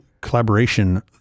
collaboration